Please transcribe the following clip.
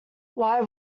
why